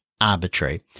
arbitrary